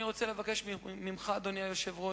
אני רוצה לבקש ממך, אדוני היושב-ראש: